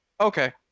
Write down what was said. Okay